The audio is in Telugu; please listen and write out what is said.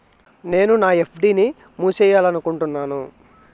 నేను నా ఎఫ్.డి ని మూసేయాలనుకుంటున్నాను